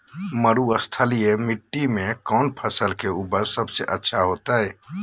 मरुस्थलीय मिट्टी मैं कौन फसल के उपज सबसे अच्छा होतय?